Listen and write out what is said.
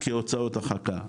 כהוצאות הרחקה.